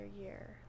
year